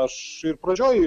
aš ir pradžioj